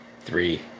three